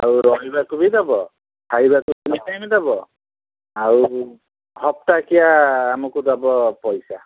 ଆଉ ରହିବାକୁ ବି ଦବ ଖାଇବାକୁ ତିନି ଟାଇମ୍ ଦବ ଆଉ ହପ୍ତାକିଆ ଆମକୁ ଦବ ପଇସା